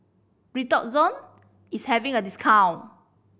Redoxon is having a discount